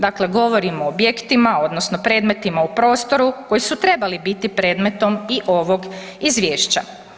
Dakle, govorim o objektima odnosno predmetima u prostoru koji su trebali biti i predmetom i ovog izvješća.